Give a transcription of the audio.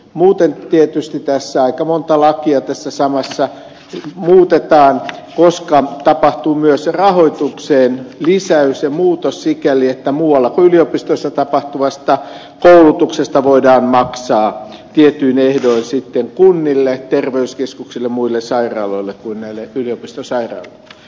muuten tietysti tässä samassa aika monta lakia muutetaan koska tapahtuu myös rahoitukseen lisäys ja muutos sikäli että muualla kuin yliopistoissa tapahtuvasta koulutuksesta voidaan maksaa tietyin ehdoin sitten kunnille terveyskeskuksille ja muille sairaaloille kuin näille yliopistosairaaloille